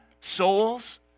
souls